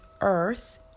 Earth